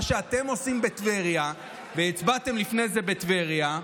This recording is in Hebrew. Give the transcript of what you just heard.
מה שאתם עושים בטבריה והצבעתם לפני זה, בטבריה,